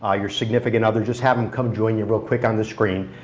um your significant other, just have them come join you real quick on the screen.